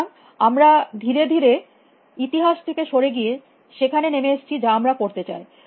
সুতরাং আমরা ধীরে ধীরে ইতিহাস থেকে সরে গিয়ে সেখানে নেমে আসছি যা আমরা করতে চাই